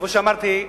כמו שאמרתי,